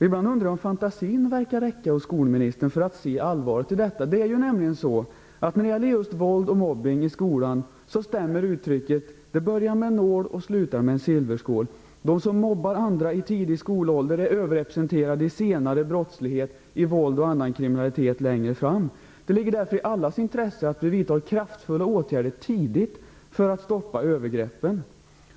Ibland undrar jag om skolministerns fantasi räcker för att hon skall se allvaret i detta. När det gäller våld och mobbning i skolan stämmer uttrycket "det börjar med en nål och slutar med en silverskål". De som mobbar andra i tidig skolålder är överrepresenterade i senare brottslighet, i våld och annan kriminalitet, längre fram. Det ligger därför i allas intresse att vi tidigt vidtar kraftfulla åtgärder för att stoppa övergreppen.